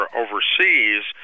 overseas